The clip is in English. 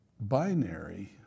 Binary